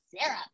syrup